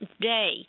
day